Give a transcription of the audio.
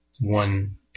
one